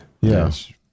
Yes